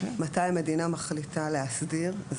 שקובעות מתי המדינה מחליטה להסדיר?